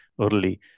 early